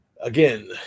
Again